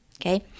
okay